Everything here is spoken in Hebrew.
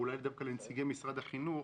אולי דווקא לנציגי משרד החינוך,